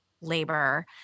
labor